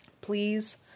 Please